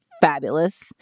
Fabulous